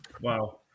Wow